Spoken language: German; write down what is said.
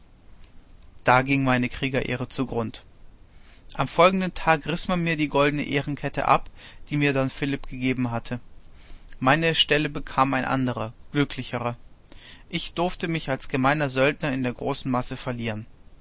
da ging meine kriegerehre zugrund am folgenden tag riß man mir die goldene ehrenkette ab die mir don philipp gegeben hatte meine stelle bekam ein anderer glücklicherer ich durfte mich als gemeiner söldner in der großen masse verlieren